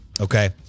Okay